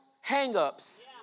hang-ups